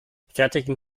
fertigen